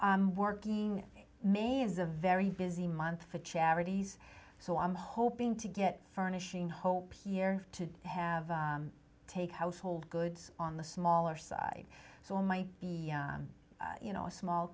i'm working mainly is a very busy month for charities so i'm hoping to get furnishing hope here to have to take household goods on the smaller side so might be you know a small